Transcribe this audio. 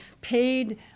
paid